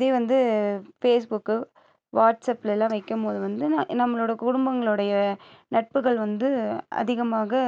இதே வந்து Facebook வாட்ஸ்அப்லெல்லாம் வைக்கும் போது வந்து நம் நம்மளோடய குடும்பங்களுடைய நட்புகள் வந்து அதிகமாக